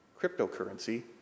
cryptocurrency